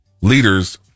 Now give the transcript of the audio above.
leaders